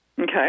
Okay